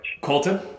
Colton